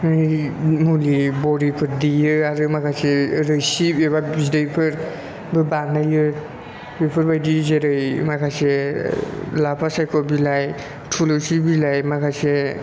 बै मुलि बरिफोर देयो आरो माखासे रोसि एबा बिदैफोरबो बानायो बेफोरबायदि जेरै माखासे लाफासायख' बिलाय थुलुसि बिलाय माखासे